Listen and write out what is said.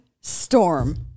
storm